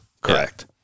correct